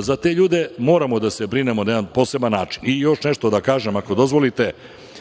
Za te ljude moramo da se brinemo na jedan poseban način. Još nešto da kažem, ako dozvolite.